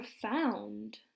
profound